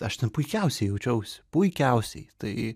aš ten puikiausiai jaučiausi puikiausiai tai